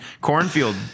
cornfield